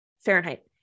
Fahrenheit